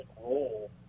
role